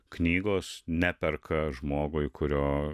knygos neperka žmogui kurio